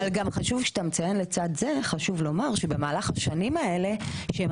חשוב כשאתה מציין לצד זה חשוב לומר שבמהלך השנים האלה שהם